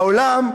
והעולם,